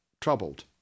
troubled